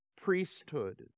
priesthood